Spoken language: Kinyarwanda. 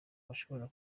abashobora